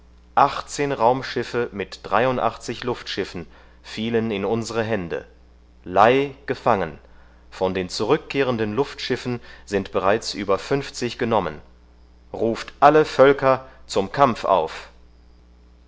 achtzehn raumschiffe mit dreiundachtzig luft schiffen fielen in unsere hände lei gefangen von den zurückkehrenden luftschiffen sind bereits über fünfzig genommen ruft alle völker zum kampf auf